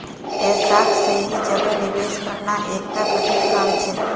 ऐसाक सही जगह निवेश करना एकता कठिन काम छेक